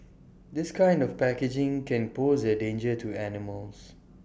this kind of packaging can pose A danger to animals